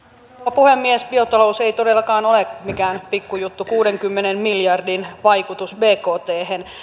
puhemies biotalous ei todellakaan ole mikään pikku juttu kuudenkymmenen miljardin vaikutus bkthen